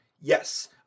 yes